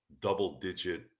double-digit